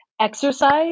exercise